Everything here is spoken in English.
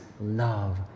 love